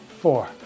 four